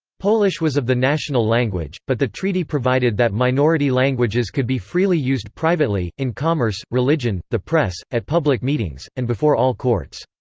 polish was of the national language, but the treaty provided that minority languages could be freely used privately, in commerce, religion, the press, at public meetings, and before all courts.